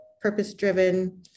purpose-driven